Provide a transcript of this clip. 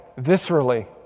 viscerally